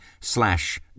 slash